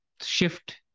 shift